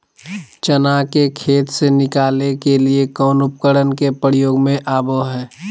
चना के खेत से निकाले के लिए कौन उपकरण के प्रयोग में आबो है?